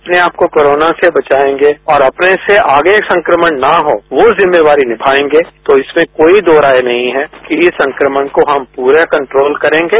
अपने आपको कोरोना से बचाएंगे और अपने से आगे संक्रमण न हो वो जिम्मेवारी निभाएंगे तो इसमें कोई दो राय नहीं है कि इस संक्रमण को हम पूरा कंट्रोल करेंगे